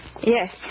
Yes